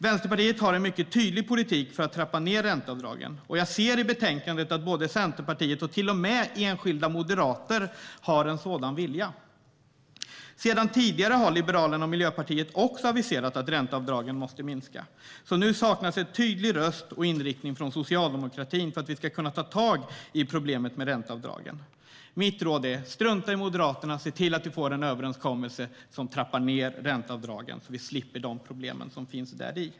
Vänsterpartiet har en mycket tydlig politik för att trappa ned ränteavdragen, och jag ser i betänkandet att Centerpartiet och till och med enskilda moderater har en sådan vilja. Sedan tidigare har Liberalerna och Miljöpartiet aviserat att ränteavdragen måste minska. Nu saknas en tydlig röst och inriktning från socialdemokratin för att vi ska kunna ta tag i problemet med ränteavdragen. Mitt råd är: Strunta i Moderaterna, och se till att vi får en överenskommelse som trappar ned ränteavdragen så att vi slipper de problem som finns däri!